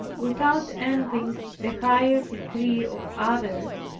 without envying the higher degree of others,